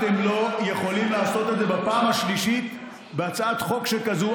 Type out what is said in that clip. אתם לא יכולים לעשות את זה בפעם השלישית בהצעת חוק שכזו.